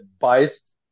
biased